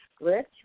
rich